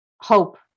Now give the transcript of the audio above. hope